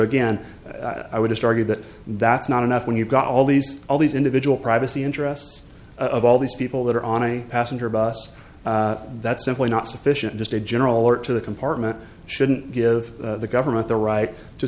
again i would just argue that that's not enough when you've got all these all these individual privacy interests of all these people that are on a passenger bus that's simply not sufficient just a general alert to the compartment shouldn't give the governor the right to